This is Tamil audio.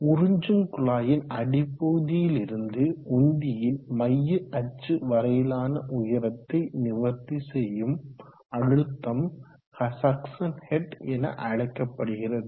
உறிஞ்சும் குழாயின் அடிப்பகுதியில் இருந்து உந்தியின் மைய அச்சு வரையிலான உயரத்தை நிவர்த்தி செய்யும் அழுத்தம் சக்சன் ஹெட் என அழைக்கப்படுகிறது